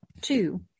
two